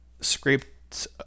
scraped